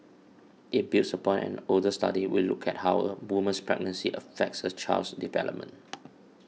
it builds upon an older study which looked at how a woman's pregnancy affects her child's development